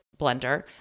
blender